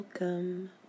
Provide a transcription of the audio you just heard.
Welcome